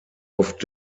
oft